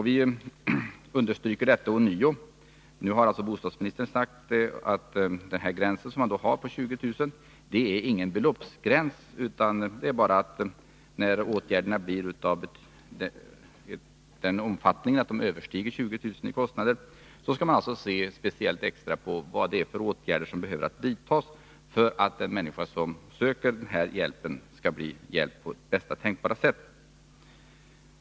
Vi understryker detta ånyo. Nu har alltså bostadsministern sagt att gränsen på 20 000 kr. inte är någon beloppsgräns, utan det är bara så att när åtgärderna blir av den omfattningen, att kostnaderna kommer att överstiga 20 000 kr., skall man se speciellt på vad det är för åtgärder som behöver vidtas för att en person som söker den här hjälpen skall bli hjälpt på bästa tänkbara sätt.